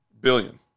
Billion